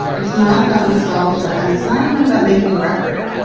it's not about nostalgia and it's not even about making record.